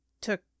took